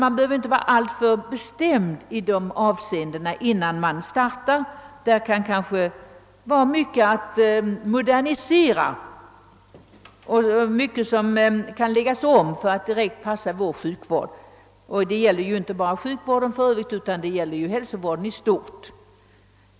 Man bör inte ha en alltför bestämd åsikt härom, innan verksamheten startar. Mycket kanske kan moderniseras eller läggas om för att bättre passa vår sjukvård. Frågan gäller för övrigt inte bara sjukvården utan hälsovården i stort.